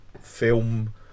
film